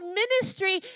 ministry